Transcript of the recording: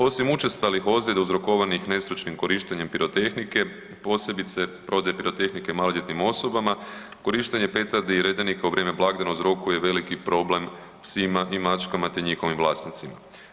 Osim učestalih ozljeda uzrokovanih nestručnim korištenjem pirotehnike posebice prodaje pirotehnike maloljetnim osobama, korištenje petardi i redenika u vrijeme blagdana uzrokuje velik problem psima i mačkama, te njihovim vlasnicima.